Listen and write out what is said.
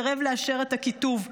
סירב לאשר את הכיתוב.